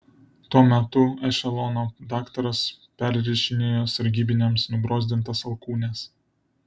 tuo metu ešelono daktaras perrišinėjo sargybiniams nubrozdintas alkūnes